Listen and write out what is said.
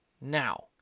now